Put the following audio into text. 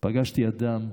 פגשתי אדם,